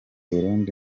burundi